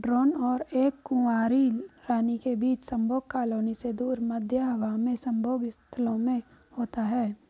drone और एक कुंवारी रानी के बीच संभोग कॉलोनी से दूर, मध्य हवा में संभोग स्थलों में होता है